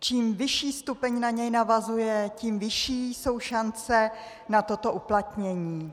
Čím vyšší stupeň na něj navazuje, tím vyšší jsou šance na toto uplatnění.